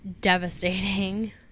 devastating